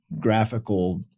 graphical